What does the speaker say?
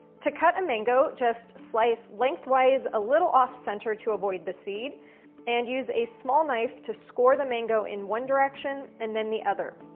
to cut a mango, just slice length-wise a little off center to avoid the seed and use a small knife to score the mango in one direction and then the other.